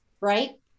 right